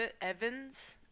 Evans